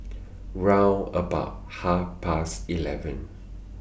round about Half Past eleven